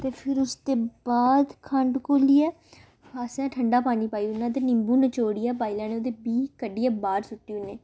ते फिर उसदे बाद खंड घोलियै असें ठंडा पानी पाई ओड़ना ते निम्बू नचोड़ियै पाई लैने ते बीऽ कड्ढियै बाह् सुट्टी ओड़ने